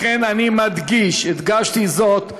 לכן אני מדגיש, הדגשתי זאת: